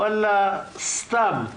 סתם.